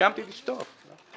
הסכמתי לשתוק.